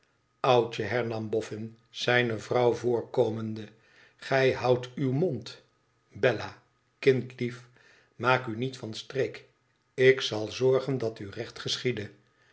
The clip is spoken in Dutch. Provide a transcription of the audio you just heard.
oudje hernam boffin zijne vrouw voorkomende gij houdt uw mond bella kind lief maak u niet van streek ik zal zorgen dat u